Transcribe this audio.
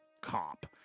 comp